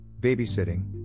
babysitting